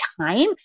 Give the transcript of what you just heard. time